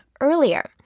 earlier